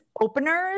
openers